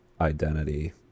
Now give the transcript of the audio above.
identity